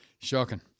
Shocking